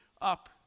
up